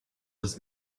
was